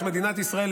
את מדינת ישראל,